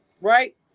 right